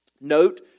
Note